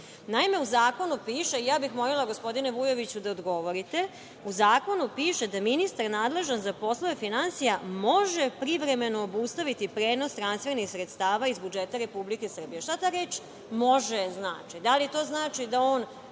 namene. Naime, u zakonu piše, ja bih molila gospodine Vujoviću da odgovorite, u zakonu piše da ministar nadležan za poslove finansija može privremeno obustaviti prenos transfernih sredstava iz budžeta Republike Srbije. Šta ta reč može da znači? Da li to znači da on